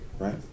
Right